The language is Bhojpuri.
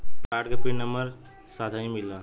कार्ड के पिन नंबर नंबर साथही मिला?